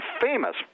famous